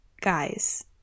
guys